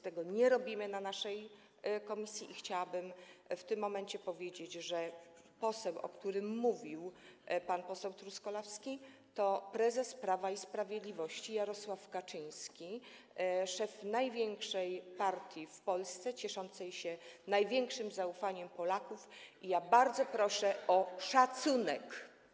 Tego nie robimy na posiedzeniach naszej komisji i chciałabym w tym momencie powiedzieć, że poseł, o którym mówił pan poseł Truskolaski, to prezes Prawa i Sprawiedliwości, Jarosław Kaczyński, szef największej partii w Polsce, cieszącej się największym zaufaniem Polaków i ja bardzo proszę o szacunek.